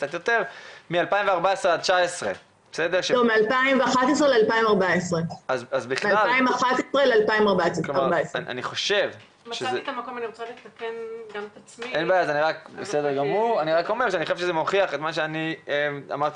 --- מ-2011 עד 2014. אני חושב שזה מוכיח את מה שאמרתי